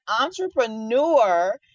entrepreneur